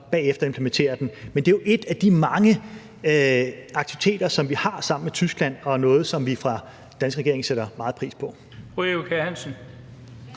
bagefter implementerer den. Men det er jo en af de mange aktiviteter, som vi har sammen med Tyskland, og som er noget, som vi fra den danske regerings side sætter meget pris på. Kl. 17:13 Den